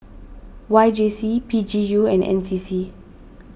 Y J C P G U and N C C